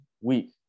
week